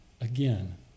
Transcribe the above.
again